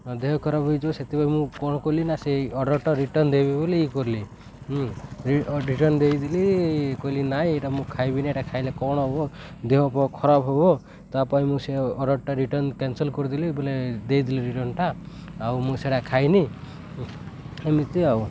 ଦେହ ଖରାପ ହେଇଯିବ ସେଥିପାଇଁ ମୁଁ କ'ଣ କଲି ନା ସେଇ ଅର୍ଡ଼ରଟା ରିଟର୍ଣ୍ଣ ଦେବି ବୋଲି ଇ କଲି ରିଟର୍ଣ୍ଣ ଦେଇଦେଲି କହିଲି ନାଇଁ ଏଇଟା ମୁଁ ଖାଇବିନି ଏଇଟା ଖାଇଲେ କ'ଣ ହେବ ଦେହ ଖରାପ ହେବ ତା ପାଇଁ ମୁଁ ସେ ଅର୍ଡ଼ରଟା ରିଟର୍ଣ୍ଣ କ୍ୟାନସେଲ କରିଦେଲି ବୋଲେ ଦେଇଦେଲି ରିଟର୍ଣ୍ଣଟା ଆଉ ମୁଁ ସେଇଟା ଖାଇନି ଏମିତି ଆଉ